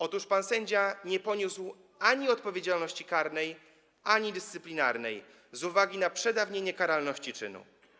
Otóż pan sędzia nie poniósł odpowiedzialności ani karnej, ani dyscyplinarnej z uwagi na przedawnienie karalności czynu.